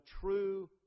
true